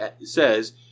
says